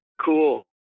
cool